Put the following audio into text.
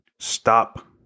Stop